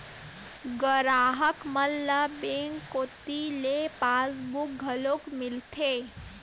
गराहक मन ल बेंक कोती ले पासबुक घलोक मिलथे